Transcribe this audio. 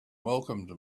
welcomed